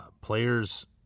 Players